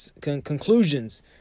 conclusions